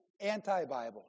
anti-Bible